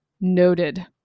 noted